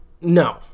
No